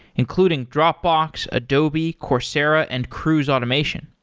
including dropbox, adobe, coursera and cruise automation.